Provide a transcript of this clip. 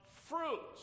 fruits